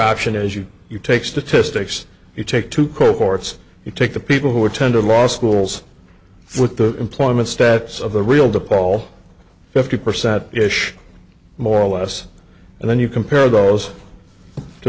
option is you you take statistics you take to courts you take the people who attended law schools with the employment stats of the real de paul fifty percent ish more or less and then you compare those to